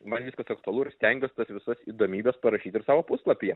man viskas aktualu ir stengiuos tas visas įdomybes parašyt ir savo puslapyje